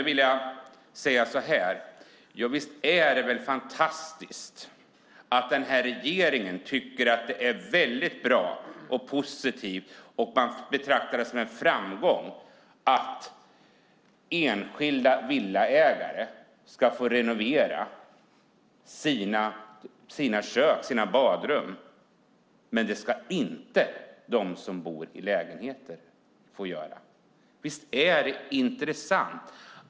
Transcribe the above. Visst är det fantastiskt att den här regeringen tycker att det är väldigt bra, viktigt och positivt och betraktar det som en framgång att enskilda villaägare ska få renovera sina kök och badrum! Men de som bor i lägenheter ska inte få göra det. Visst är det intressant!